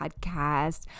Podcast